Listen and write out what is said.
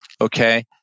Okay